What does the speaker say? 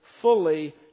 fully